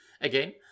Again